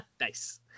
Nice